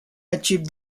achieved